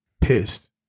pissed